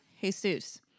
Jesus